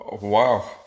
Wow